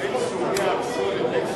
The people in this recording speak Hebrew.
סוגי הפסולת,